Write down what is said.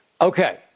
okay